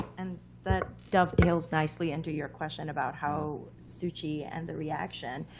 and that dovetails nicely into your question about how suu kyi and the reaction.